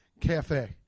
cafe